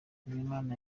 nzeyimana